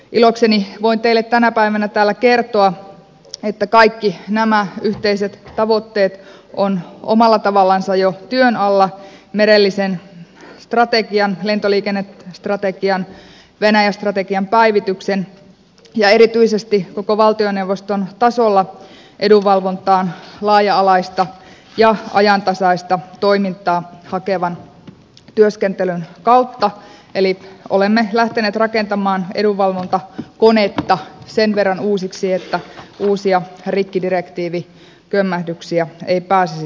ilokseni voin teille tänä päivänä täällä kertoa että kaikki nämä yhteiset tavoitteet ovat omalla tavallansa jo työn alla merellisen strate gian lentoliikennestrategian venäjä strategian päivityksen ja erityisesti koko valtioneuvoston tasolla edunvalvontaan laaja alaista ja ajantasaista toimintaa hakevan työskentelyn kautta eli olemme lähteneet rakentamaan edunvalvontakonetta sen verran uusiksi että uusia rikkidirektiivikömmähdyksiä ei pääsisi syntymään